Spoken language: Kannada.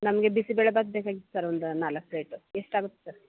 ನಮಗೆ ಬಿಸಿಬೇಳೆ ಭಾತ್ ಬೇಕಾಗಿತ್ತು ಸರ್ ಒಂದು ನಾಲ್ಕು ಪ್ಲೇಟು ಎಷ್ಟು ಆಗುತ್ತೆ ಸರ್